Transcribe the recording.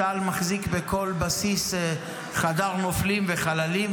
צה"ל מחזיק בכל בסיס חדר נופלים וחללים,